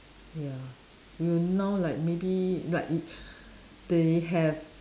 ya you now like maybe like y~ they have